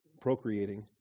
procreating